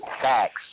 facts